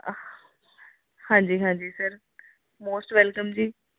ਹਾਂਜੀ ਹਾਂਜੀ sir most welcome ਜੀ